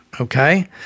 okay